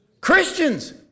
Christians